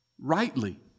rightly